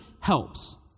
helps